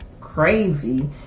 crazy